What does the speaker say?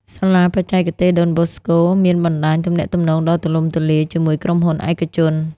សាលាបច្ចេកទេសដុនបូស្កូមានបណ្ដាញទំនាក់ទំនងដ៏ទូលំទូលាយជាមួយក្រុមហ៊ុនឯកជន។